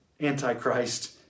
Antichrist